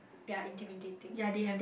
ya intimidating